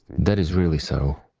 that is really so